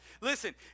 Listen